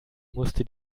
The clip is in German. musste